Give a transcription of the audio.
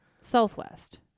Southwest